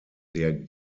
der